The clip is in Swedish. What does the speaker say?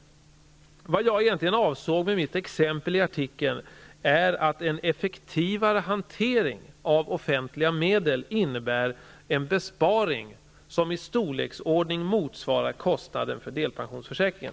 Vad jag egentligen avsåg med mitt exempel i artikeln är att en effektivare hantering av offentliga medel innebär en besparing som i storleksordning motsvarar kostnaden för delpensionsförsäkringen.